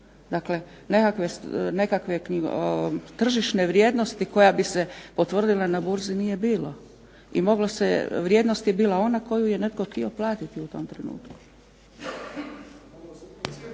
Dakle nekakve tržišne vrijednosti koja bi se potvrdila na burzi nije bilo. I moglo se, vrijednost je bila ona koju je netko htio platiti u tom trenutku.